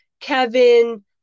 kevin